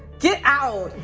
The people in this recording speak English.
get out.